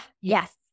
yes